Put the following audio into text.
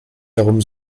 darum